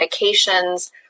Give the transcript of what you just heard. medications